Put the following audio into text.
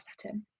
setting